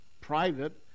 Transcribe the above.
private